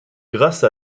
grâce